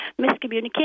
miscommunication